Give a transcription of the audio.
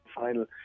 final